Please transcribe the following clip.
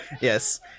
Yes